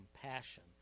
compassion